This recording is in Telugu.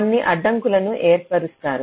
కొన్ని అడ్డంకులను ఏర్పరుస్తారు